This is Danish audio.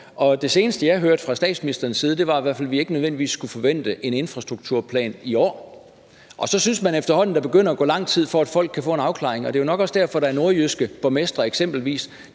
det seneste, jeg hørte fra statsministerens side, var i hvert fald, at vi ikke nødvendigvis skulle forvente en infrastrukturplan i år. Og så synes man efterhånden, at der begynder at gå lang tid, før folk kan få en afklaring, og det er jo nok også derfor, der eksempelvis var nordjyske borgmestre,